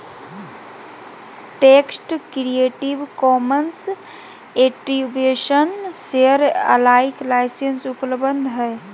text Creative Commons attribution share alike licence उपलब्ध हइ